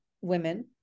women